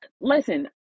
listen